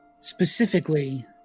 specifically